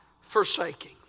forsaking